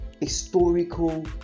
historical